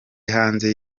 hanze